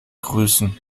grüßen